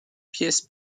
pièce